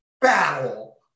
battle